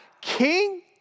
king